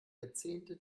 jahrzehnte